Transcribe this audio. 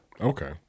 Okay